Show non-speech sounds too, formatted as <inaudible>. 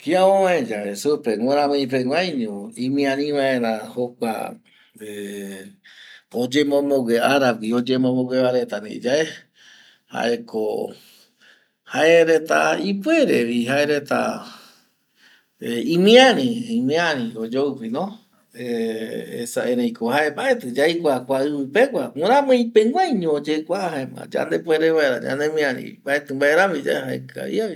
Kia ovae yave supe miramii peguaiño imiari vaera jokua <hesitation> oyemombogue, aragui oyemombo gue va reta ndie yae jaeko jae reta ipuere vi jae reta <hesitation> imiari, imiari vi oyoupi no <hesitation> esa erei ko jae mbaeti yaikua kua ivi pegua, miramii peguaiño oyekua jaema yande puere vaera ñanemiari mbaeti mbae rami jaekavia vi no